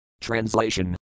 Translation